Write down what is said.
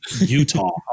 utah